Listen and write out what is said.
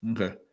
okay